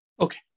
Okay